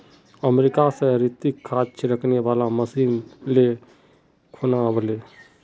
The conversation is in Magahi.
अमेरिका स रितिक खाद छिड़कने वाला मशीन ले खूना व ले